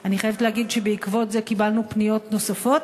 אני חייבת להגיד שבעקבות זה קיבלנו פניות נוספות.